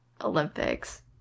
olympics